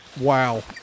Wow